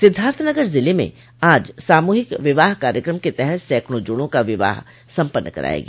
सिद्धार्थनगर जिले में आज सामूहिक विवाह कार्यक्रम के तहत सैकड़ों जोड़ों का विवाह सम्पन्न कराया गया